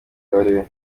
kabarebe